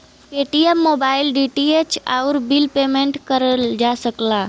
Paytm mobile, DTH, आउर bill payment करल जा सकला